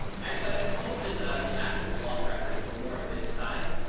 actually, i've been told that the actual velociraptors were more this size.